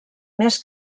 més